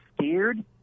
scared